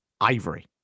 Ivory